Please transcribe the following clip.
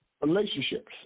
relationships